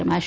રમાશે